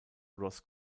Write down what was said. ross